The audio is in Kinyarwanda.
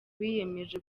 biyemeje